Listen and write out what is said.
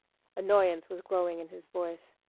annoyance was growing in his voice.